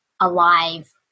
alive